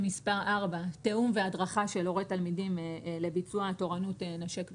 תיאום והדרכה של הורי תלמידים לביצוע תורנות 'נשק וסע'